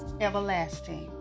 everlasting